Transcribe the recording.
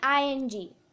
ing